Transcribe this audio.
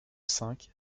cinq